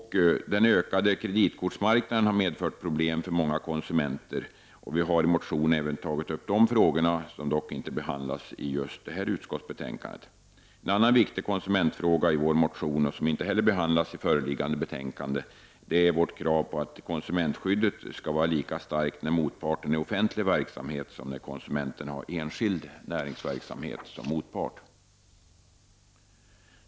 Den ökade kreditkortsmarknaden har medfört problem för många konsumenter, och vi har i motionen även tagit upp dessa frågor. De behandlas dock inte i detta utskottsbetänkande. En annan viktig konsumentfråga i vår motion, som inte heller behandlas i förevarande betänkande, är vårt krav på att konsumentskyddet skall vara lika starkt när motparten är offentlig verksamhet som när motparten utgörs av enskild näringsverksamhet. Herr talman!